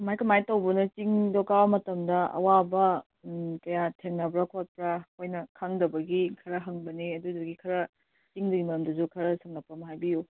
ꯀꯃꯥꯏꯅ ꯀꯃꯥꯏꯅ ꯇꯧꯕꯅꯣ ꯆꯤꯡꯗꯣ ꯀꯥꯕ ꯃꯇꯝꯗ ꯑꯋꯥꯕ ꯎꯝ ꯀꯌꯥ ꯊꯦꯡꯅꯕ꯭ꯔꯥ ꯈꯣꯠꯄ꯭ꯔꯥ ꯑꯩꯈꯣꯏꯅ ꯈꯪꯗꯕꯒꯤ ꯈꯔ ꯍꯪꯕꯅꯦ ꯑꯗꯨꯗꯨꯒꯤ ꯈꯔ ꯆꯤꯡꯗꯨꯒꯤ ꯃꯔꯝꯗ ꯈꯔ ꯁꯝꯂꯞꯄ ꯑꯃ ꯍꯥꯏꯕꯤꯎ